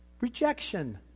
Rejection